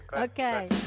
Okay